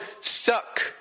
suck